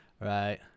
Right